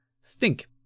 stink